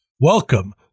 Welcome